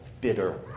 bitter